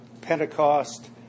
Pentecost